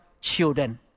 children